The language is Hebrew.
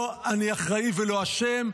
לא: אני אחראי ולא אשם.